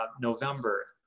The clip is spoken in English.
November